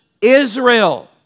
Israel